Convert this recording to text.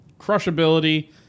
Crushability